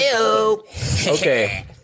okay